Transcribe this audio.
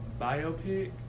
biopic